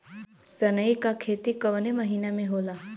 सनई का खेती कवने महीना में होला?